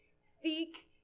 seek